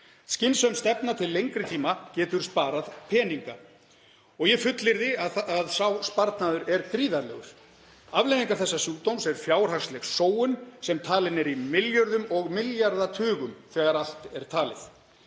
Skynsöm stefna til lengri tíma getur sparað peninga og ég fullyrði að sá sparnaður er gríðarlegur. Afleiðingar þessa sjúkdóms eru fjárhagsleg sóun sem talin er í milljörðum og milljarðatugum þegar allt er talið.